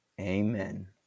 Amen